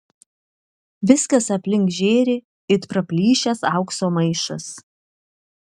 viskas aplink žėri it praplyšęs aukso maišas